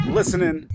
listening